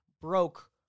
broke